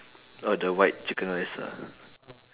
oh the white chicken rice ah